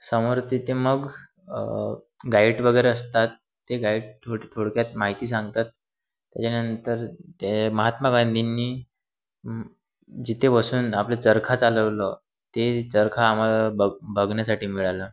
समोर तिथे मग गाईड वगैरे असतात ते गाईड थोड थोडक्यात माहिती सांगतात त्याच्यानंतर ते महात्मा गांधींनी जिथे बसून आपलं चरखा चालवलं ते चरखा आम्हाला बघ बघण्यासाठी मिळालं